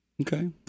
Okay